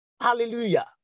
Hallelujah